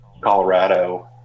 Colorado